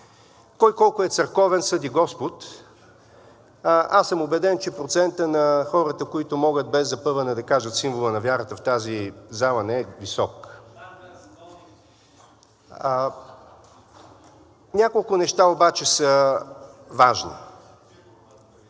Кой колко е църковен, съди Господ. Аз съм убеден, че процентът на хората, които могат без запъване да кажат Символа на вярата в тази зала, не е висок. Няколко неща обаче са важни.